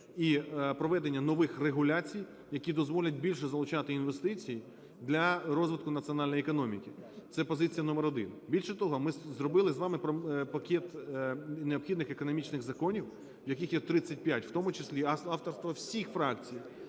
і проведення нових регуляцій, які дозволять більше залучати інвестицій для розвитку національної економіки. Це позиція номер один. Більше того, ми зробили з вами пакет необхідних економічних законів, яких є 35, в тому числі авторства всіх фракцій,